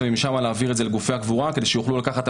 ומשם להעביר את זה לגופי הקבורה כדי שיוכלו לקחת את